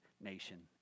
nation